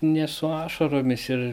ne su ašaromis ir